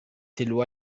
تلو